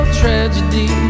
tragedy